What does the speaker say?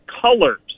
colors